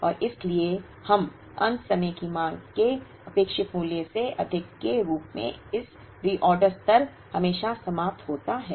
और इसलिए हम अंत समय की मांग के अपेक्षित मूल्य से अधिक के रूप में इस रीऑर्डर स्तर हमेशा समाप्त होता है